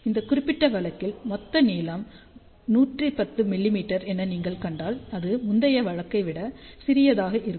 இந்த குறிப்பிட்ட வழக்கில் மொத்த நீளம் 110 மிமீ என நீங்கள் கண்டால் இது முந்தைய வழக்கை விட சிறியதாக இருக்கும்